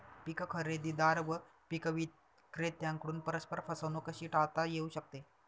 पीक खरेदीदार व पीक विक्रेत्यांकडून परस्पर फसवणूक कशी टाळता येऊ शकते?